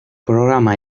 programa